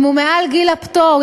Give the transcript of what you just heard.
אם הוא מעל גיל הפטור,